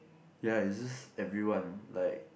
ya it's just everyone like